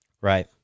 Right